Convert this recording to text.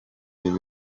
iyo